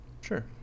Sure